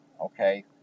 okay